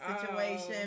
situation